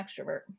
extrovert